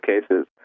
cases